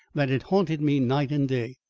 that it haunted me night and day,